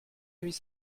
amis